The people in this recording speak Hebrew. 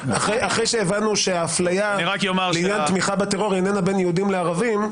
אחרי שהבנו שאפליה לעניין תמיכה בטרור איננה בין יהודים לערבים,